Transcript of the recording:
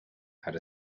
had